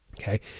okay